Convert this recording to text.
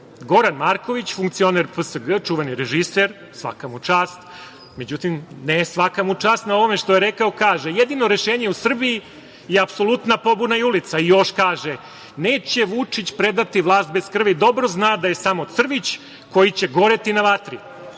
Goran Marković, funkcioner PSG, čuveni režiser, svaka mu čast. Međutim, ne svaka mu čast na ovome što je rekao, kaže: "Jedino rešenje u Srbiji je apsolutna pobuna i ulica". Još kaže: "Neće Vučić predati vlast bez krvi. Dobro zna da je samo crvić koji će goreti na